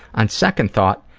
on second thought,